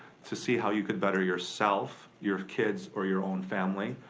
to see how you could better yourself, your kids or your own family,